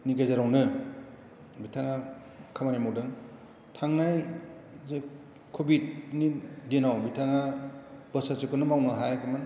नि गेजेरावनो बिथाङा खामानि मावदों थांनाय जे कबिदनि दिनाव बिथाङा बोसोरसेखौनो मावनो हायाखैमोन